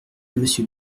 monsieur